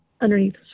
underneath